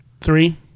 Three